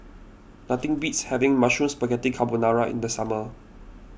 nothing beats having Mushroom Spaghetti Carbonara in the summer